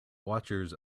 watchers